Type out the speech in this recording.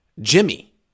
Jimmy